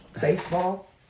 Baseball